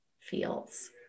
feels